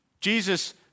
Jesus